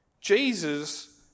Jesus